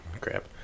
crap